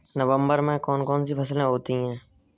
नवंबर में कौन कौन सी फसलें होती हैं?